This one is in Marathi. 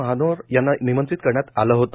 महानोर यांना निमंत्रित करण्यात आले होते